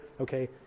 Okay